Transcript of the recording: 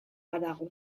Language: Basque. badago